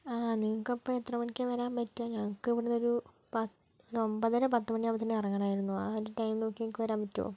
ആ നിങ്ങൾക്ക് അപ്പം എത്ര മണിക്കാണ് വരാൻ പറ്റുക ഞങ്ങൾക്ക് ഇവിടുന്ന് ഒരു പത്ത് അല്ല ഒൻപതര പത്ത് മണിക്ക് അവിടുന്ന് ഇറങ്ങണമായിരുന്നു ആ ഒരു ടൈം നോക്കി നിങ്ങൾക്ക് വരാൻ പറ്റുമോ